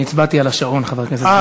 הצבעתי על השעון, חבר הכנסת גילאון.